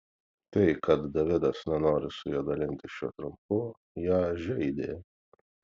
tai kad davidas nenori su ja dalintis šiuo triumfu ją žeidė